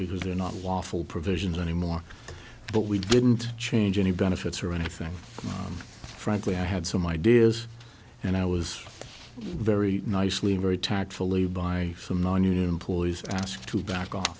because they're not waffle provisions anymore but we didn't change any benefits or anything frankly i had some ideas and i was very nicely and very tactfully by some nonunion employees asked to back off